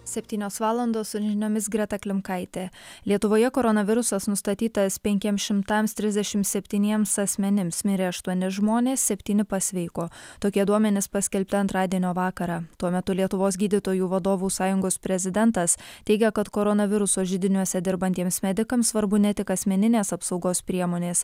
septynios valandos žiniomis greta klimkaitė lietuvoje koronavirusas nustatytas penkiems šimtams trisdešimt septyniems asmenims mirė aštuoni žmonės septyni pasveiko tokie duomenys paskelbti antradienio vakarą tuo metu lietuvos gydytojų vadovų sąjungos prezidentas teigia kad koronaviruso židiniuose dirbantiems medikams svarbu ne tik asmeninės apsaugos priemonės